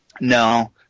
No